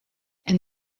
and